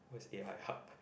what is A_I hub